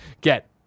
Get